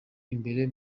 imbere